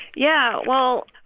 yeah. well,